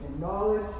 knowledge